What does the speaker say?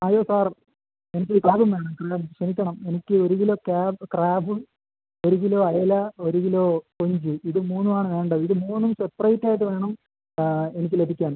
അയ്യോ സാർ എനിക്ക് ക്രാബും വേണം സാർ ക്ഷമിക്കണം എനിക്ക് ഒരു കിലോ ക്രാബ് ഒരു കിലോ അയല ഒരു കിലോ കൊഞ്ച് ഇത് മൂന്നും ആണ് വേണ്ടത് ഇത് മൂന്നും സെപ്പറേറ്റായിട്ട് വേണം എനിക്ക് ലഭിക്കാൻ